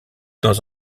dans